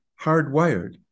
hardwired